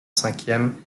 cinquième